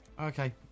Okay